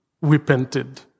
repented